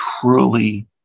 truly